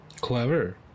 Clever